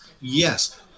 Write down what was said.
Yes